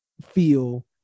feel